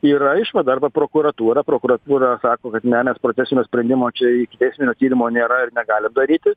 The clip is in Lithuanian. yra išvada arba prokuratūra prokuratūra sako kad ne nes procesinio sprendimo čia ikiteisminio tyrimo nėra ir negalim daryti